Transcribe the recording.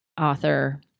author